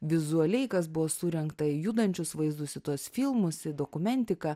vizualiai kas buvo surengta į judančius vaizdus į tuos filmus į dokumentiką